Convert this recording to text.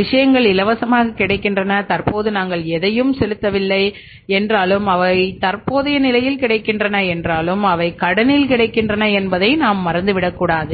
விஷயங்கள் இலவசமாக கிடைக்கின்றன தற்போது நாங்கள் எதையும் செலுத்தவில்லைஎன்றாலும் அவை தற்போதைய நிலையில் கிடைக்கின்றன என்றாலும் அவை கடனில் கிடைக்கின்றன என்பதை நாம் மறந்து விடக்கூடாது